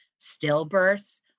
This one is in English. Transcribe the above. stillbirths